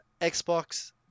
Xbox